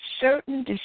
certain